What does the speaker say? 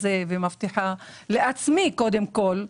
ואני מבטיחה לעצמי, קודם כול,